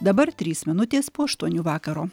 dabar trys minutės po aštuonių vakaro